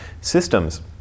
systems